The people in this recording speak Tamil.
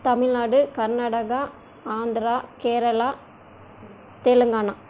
தமிழ்நாடு கர்நாடகா ஆந்திரா கேரளா தெலுங்கானா